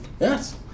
yes